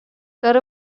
داره